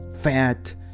fat